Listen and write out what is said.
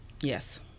Yes